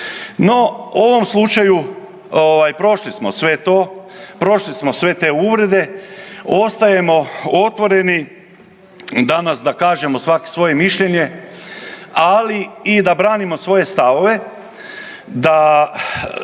No, u ovom slučaju, ovaj prošli smo sve to, prošli smo sve te uvrede ostajemo otvoreni danas da kažemo svaki svoje mišljenje, ali i da branimo svoje stavove, da